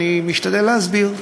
אני משתדל להסביר,